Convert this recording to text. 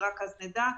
ורק אז נדע.